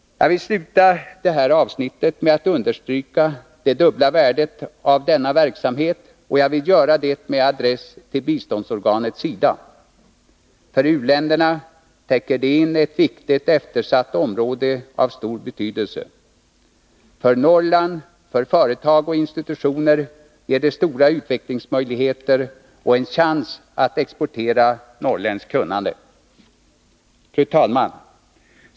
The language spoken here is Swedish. Jag vill sluta detta avsnitt med att understryka det dubbla värdet av denna verksamhet, och jag vill göra det med adress till biståndsorganet SIDA. För u-länderna täcker det in ett viktigt eftersatt område av stor betydelse. För Norrland, för företag och institutioner, ger det stora utvecklingsmöjligheter och en chans att exportera norrländskt kunnande. Fru talman!